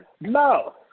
No